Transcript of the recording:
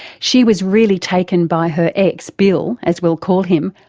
she was really taken by her ex bill, as we'll call him,